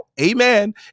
Amen